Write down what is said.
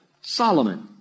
Solomon